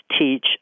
teach